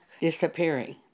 disappearing